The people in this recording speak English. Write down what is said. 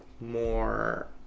More